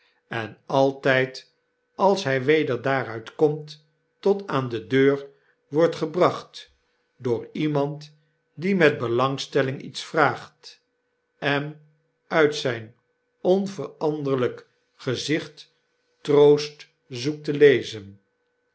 en altijd als hij weder daaruit komt tot aan de deur wordt gebracht door iemand die met belangstelling iets vraagt en uit zijn onveranderlijk gezicht troost zoekt te lezen